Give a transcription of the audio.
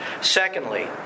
Secondly